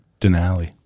Denali